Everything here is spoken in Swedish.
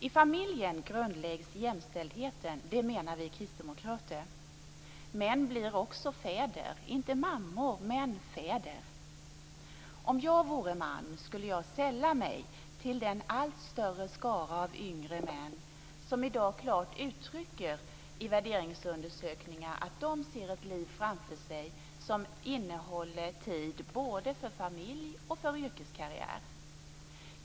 I familjen grundläggs jämställdheten. Det menar vi kristdemokrater. Män blir också fäder - inte mammor men fäder. Om jag vore man skulle jag sälla mig till den allt större skara av yngre män som i dag i värderingsundersökningar klart uttrycker att de ser ett liv framför sig som innehåller tid både för familj och för yrkeskarriär.